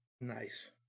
Nice